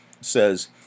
says